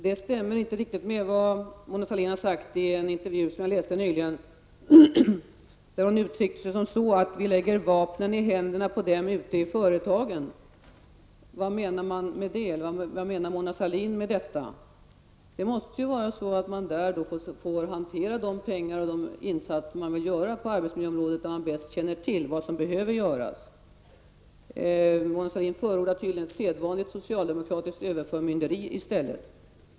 Det stämmer inte riktigt med vad Mona Sahlin har sagt i en intervju som jag läste nyligen. Där uttryckte hon sig så här: Vi lägger vapen i händerna på dem ute i företagen. Vad menar Mona Sahlin med detta? Det måste ju vara så att man får hantera de pengar och de insatser man vill göra på arbetsmiljöområdet där man bäst känner till vad som behöver göras. Mona Sahlin förordar tydligen sedvanligt socialdemokratiskt överförmynderi i stället.